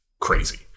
crazy